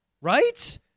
right